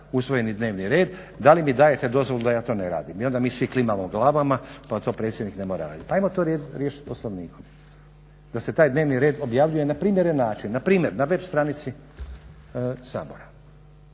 usvojeni dnevni red da li mi dajete dozvolu da ja to ne radim? I onda mi svi klimamo glavama pa to predsjednik ne mora raditi. Pa ajmo to riješiti Poslovnikom, da se taj dnevni red objavljuje na primjeren način. Na primjer na web stranici Sabora.